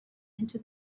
into